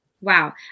Wow